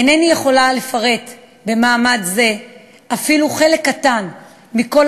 אינני יכולה לפרט במעמד זה אפילו חלק קטן מכל